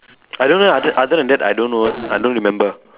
I don't know other other than that I don't know I don't remember